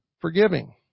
forgiving